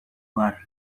war